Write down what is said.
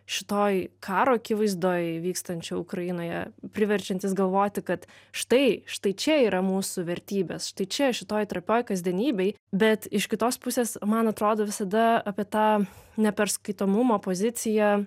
šitoj karo akivaizdoj vykstančio ukrainoje priverčiantis galvoti kad štai štai čia yra mūsų vertybės štai čia šitoj trapioj kasdienybėj bet iš kitos pusės man atrodo visada apie tą neperskaitomumo poziciją